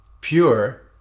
pure